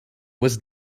was